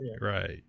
right